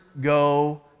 go